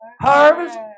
harvest